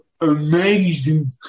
amazing